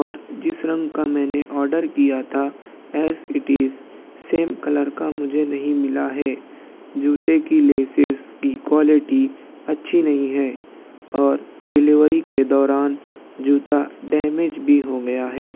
اور جس رنگ کا میں نے آرڈر کیا تھا as it is same colour کا مجھے نہیں ملا ہے جوتے کی لیسِز کی کوالیٹی اچھی نہیں ہے اور ڈلیوری کے دوران جوتا ڈیمیج بھی ہوگیا ہے